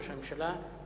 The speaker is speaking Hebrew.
ראש הממשלה.